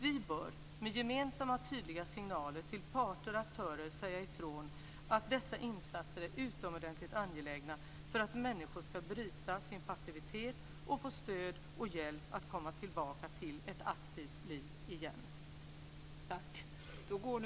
Vi bör med gemensamma och tydliga signaler till parter och aktörer säga ifrån att dessa insatser är utomordentligt angelägna för att människor ska bryta sin passivitet och få stöd och hjälp att komma tillbaka till ett aktivt liv igen.